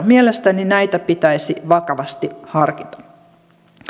mielestäni näitä pitäisi vakavasti harkita